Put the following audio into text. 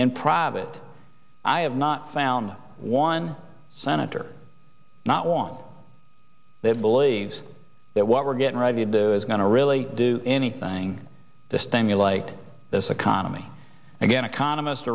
in private i have not found one senator not one that believes that what we're getting ready to do is going to really do anything to stimulate this economy again economist